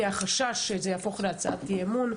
מהחשש שזה יהפוך להצעת אי-אמון,